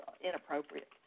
inappropriate